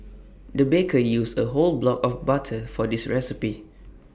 the baker used A whole block of butter for this recipe